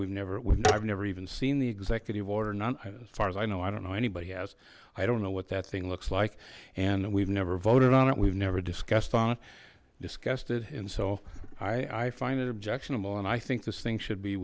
we've never woulda i've never even seen the executive order none as far as i know i don't know anybody has i don't know what that thing looks like and we've never voted on it we've never discussed on discussed it and so i i find it objectionable and i think this thing should be